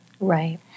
Right